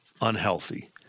unhealthy